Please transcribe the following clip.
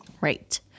Right